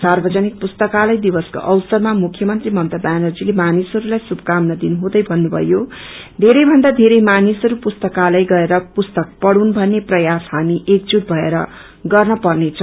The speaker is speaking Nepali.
सार्वजनिक पुस्तकालय दिवसको अवसरमा मुख्यमन्त्री ममता ब्यानर्जीले मानिसहरूलाई श्रुभकामना दिनुहँदै भन्नुभयो बेरै भन्दा बेरै मानिसहरू पुस्तकालय गएर पुस्तक पढ़ोस भन्ने प्रयास हामी एकजूट भएर गर्न पर्नेछ